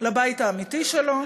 לבית האמיתי שלו,